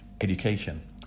Education